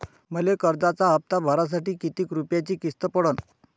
मले कर्जाचा हप्ता भरासाठी किती रूपयाची किस्त पडन?